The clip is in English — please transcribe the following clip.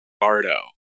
Bardo